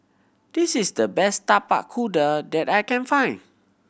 this is the best Tapak Kuda that I can find